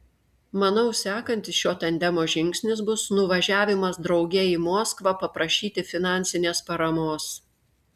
manau sekantis šio tandemo žingsnis bus nuvažiavimas drauge į moskvą paprašyti finansinės paramos